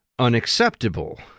unacceptable